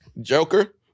Joker